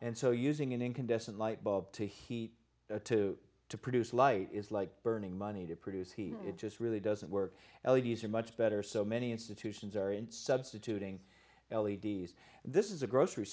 and so using an incandescent light bulb to heat a two to produce light is like burning money to produce heat it just really doesn't work elegies are much better so many institutions are in substituting l e d s this is a grocery